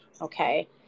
Okay